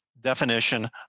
definition